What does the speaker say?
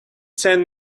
sent